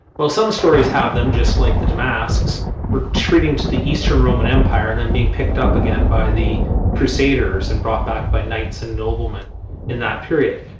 well some stories have them just like the damasks retreating to the eastern roman empire and then being picked up again by the crusaders and brought back by knights and noblemen in that period.